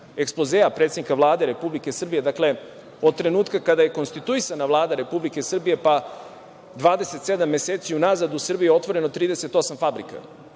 ekspozea predsednika Vlade Republike Srbije. Dakle, od trenutka kada je konstituisana Vlada Republike Srbije, pa 27 meseci unazad, u Srbiji je otvoreno 38 fabrika,